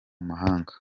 mahanga